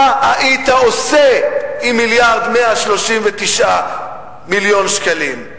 מה היית עושה עם מיליארד ו-139 מיליון שקלים?